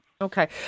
Okay